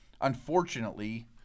Unfortunately